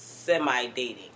Semi-dating